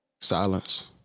Silence